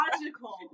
logical